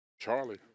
Charlie